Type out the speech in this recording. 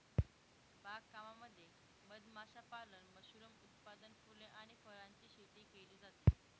बाग कामामध्ये मध माशापालन, मशरूम उत्पादन, फुले आणि फळांची शेती केली जाते